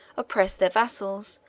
oppressed their vassals,